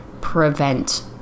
prevent